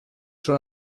són